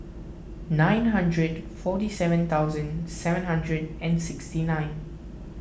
nine hundred and forty seven thousand seven hundred and sixty nine